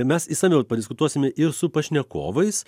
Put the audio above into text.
mes išsamiau padiskutuosime ir su pašnekovais